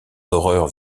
horreur